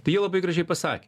tai jie labai gražiai pasakė